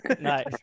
Nice